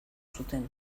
zuten